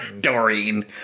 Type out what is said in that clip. Doreen